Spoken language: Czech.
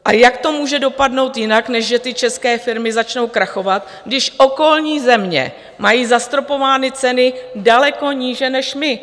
A jak to může dopadnout jinak, než že ty české firmy začnou krachovat, když okolní země mají zastropovány ceny daleko níže než my.